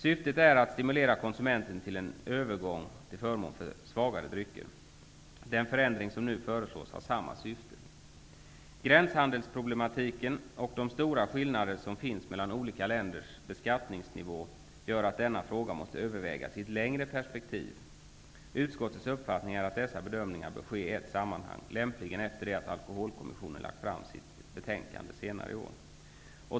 Syftet är att stimulera konsumenterna till en övergång till svagare drycker. Den förändring som nu föreslås har samma syfte. Gränshandelsproblematiken och de stora skillnader som finns mellan olika länders beskattningsnivå gör att denna fråga måste övervägas i ett längre perspektiv. Utskottets uppfattning är att dessa bedömningar bör göras i ett sammanhang, lämpligen efter det att alkoholkommissionen lagt fram sitt betänkande senare i år.